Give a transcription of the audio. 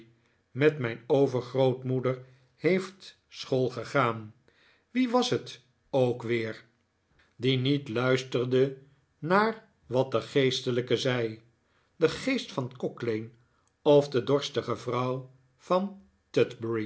met mijn overgrootmoeder heeft school gegaan wie was het ook weer nikolaas nickleby die niet luisterde naar wat de geestelijke zei de geest van cocklane of de dorstige vrouw van